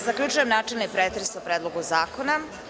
Zaključujem načelni pretres o Predlogu zakona.